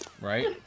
Right